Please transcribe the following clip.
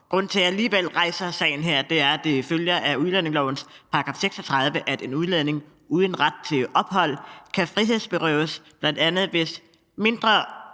Grunden til, at jeg alligevel rejser sagen her, er, at det følger af udlændingelovens § 36, at en udlænding uden ret til ophold kan frihedsberøves, bl.a. hvis mindre